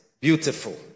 beautiful